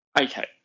Okay